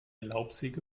laubsäge